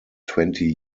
twenty